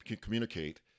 communicate